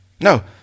No